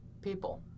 people